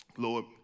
Lord